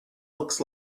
looks